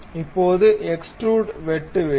இப்போது எக்ஸ்டுரூட் வெட்டு வேண்டும்